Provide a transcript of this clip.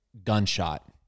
gunshot